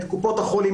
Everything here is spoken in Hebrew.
את קופות החולים,